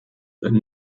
and